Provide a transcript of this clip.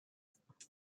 pleistocene